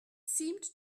seemed